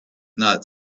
not